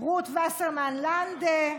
רות וסרמן לנדה,